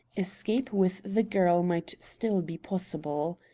escape with the girl might still be possible.